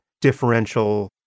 differential